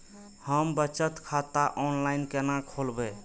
हम बचत खाता ऑनलाइन केना खोलैब?